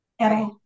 Right